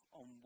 on